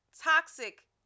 toxic